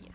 y